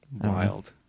Wild